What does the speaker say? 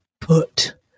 put